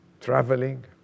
traveling